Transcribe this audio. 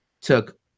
took